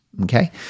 Okay